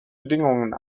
bedingungen